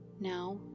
Now